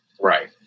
Right